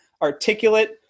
articulate